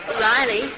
Riley